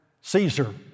Caesar